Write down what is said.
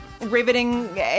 Riveting